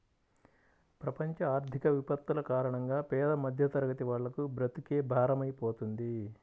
ప్రపంచ ఆర్థిక విపత్తుల కారణంగా పేద మధ్యతరగతి వాళ్లకు బ్రతుకే భారమైపోతుంది